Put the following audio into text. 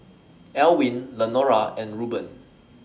Elwin Lenora and Reuben